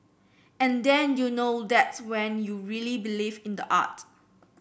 and then you know that's when you really believe in the art